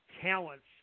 talents